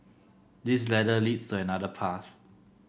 this ladder leads to another path